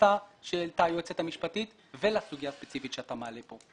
שהעלתה היועצת המשפטית ולסוגיה הספציפית שאתה מעלה כאן.